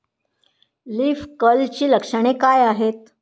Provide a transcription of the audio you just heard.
Leaf कर्लची लक्षणे काय आहेत?